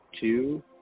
two